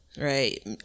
Right